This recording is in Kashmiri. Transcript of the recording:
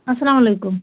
اسلام علیکُم